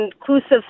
inclusive